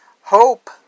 Hope